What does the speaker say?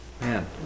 man